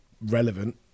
relevant